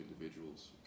individuals